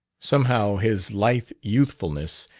somehow his lithe youthfulness,